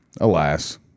Alas